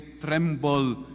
tremble